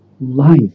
Life